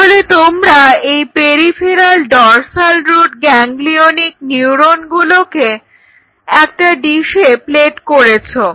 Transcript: তাহলে তোমরা এই পেরিফেরাল ডর্সাল রুট গ্যাংগলিওনিক নিউরনগুলোকে একটা ডিসে প্লেট করেছ